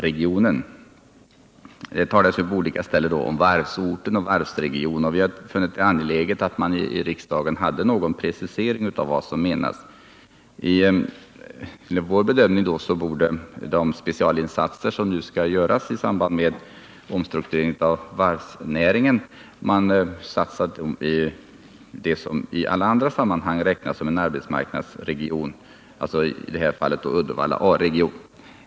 Det talas på olika ställen om varvsort och varvsregion, och vi har funnit det angeläget att riksdagen gör någon precisering av vad som menas. Enligt vår bedömning borde de specialinsatser som nu skall göras i samband med omstrukturering av varvsnäringen satsas på det som i andra sammanhang räknas som en arbetsmarknadsregion, i detta fall Uddevalla A-region.